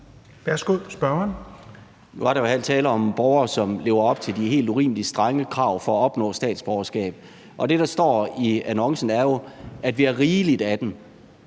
Nu var der jo her tale om borgere, som lever op til de helt urimelig strenge krav for at opnå statsborgerskab. Det, der står i annoncen, er, at vi har rigeligt af dem.